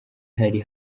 hari